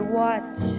watch